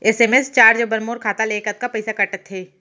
SMS charge बर मोर खाता ले कतका पइसा कटथे?